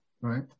right